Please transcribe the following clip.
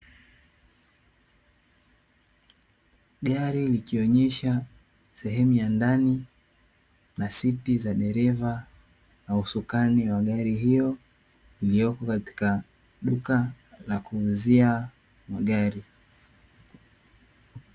Gari likionyesha sehemu ya ndani na siti za dereva na usukani wa gari hiyo, iliyoko katika duka la kuuzia magari.